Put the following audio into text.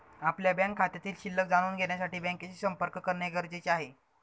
आपल्या बँक खात्यातील शिल्लक जाणून घेण्यासाठी बँकेशी संपर्क करणे गरजेचे आहे